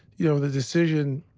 you know, the decision,